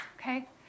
okay